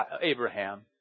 Abraham